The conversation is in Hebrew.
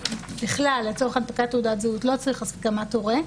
ככלל לצורך הנפקת תעודת זהות לא צריך הסכמת הורה.